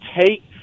take